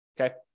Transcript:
Okay